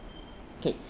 okay